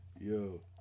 Yo